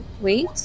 wait